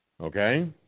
Okay